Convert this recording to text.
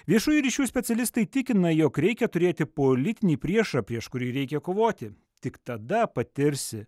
viešųjų ryšių specialistai tikina jog reikia turėti politinį priešą prieš kurį reikia kovoti tik tada patirsi